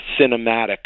cinematic